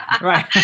Right